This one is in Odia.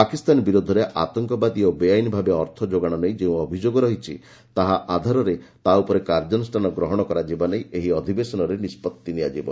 ପାକିସ୍ତାନ ବିରୋଧରେ ଆତଙ୍କବାଦୀ ଓ ବେଆଇନ୍ ଭାବେ ଅର୍ଥ ଯୋଗାଣ ନେଇ ଯେଉଁ ଅଭିଯୋଗ ରହିଛି ସେହି ଆଧାରରେ ତା ଉପରେ କାର୍ଯ୍ୟାନୁଷ୍ଠାନ ଗ୍ରହଣ କରାଯିବା ନେଇ ଏହି ଅଧିବେଶନରେ ନିଷ୍ପଭି ନିଆଯିବ